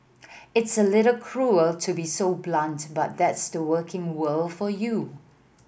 it's a little cruel to be so blunt but that's the working world for you